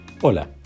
Hola